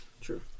True